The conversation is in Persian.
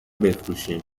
بفروشیم